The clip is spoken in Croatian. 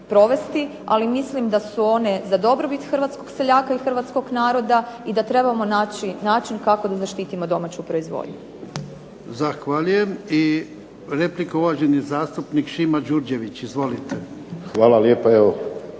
ali mislim da su one za dobrobit hrvatskog seljaka i hrvatskog naroda i da trebamo naći način kako da zaštitimo domaću proizvodnju. **Jarnjak, Ivan (HDZ)** Zahvaljujem. I replika, uvaženi zastupnik Šima Đurđević. Izvolite. **Đurđević, Šimo